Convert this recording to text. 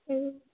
ए